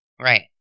right